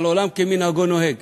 אבל עולם כמנהגו נוהג.